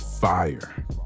Fire